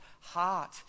heart